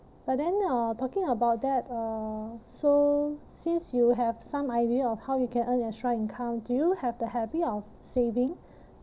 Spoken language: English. but then uh talking about that uh so since you have some idea of how you can earn extra income do you have the habit of saving